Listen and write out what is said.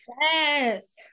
Yes